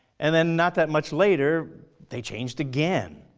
and then not that much later, they changed again.